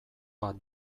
bat